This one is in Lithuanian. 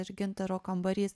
ir gintaro kambarys